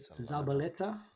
Zabaleta